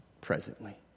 presently